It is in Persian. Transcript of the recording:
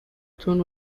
تون